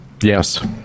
yes